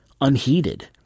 unheeded